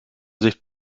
sicht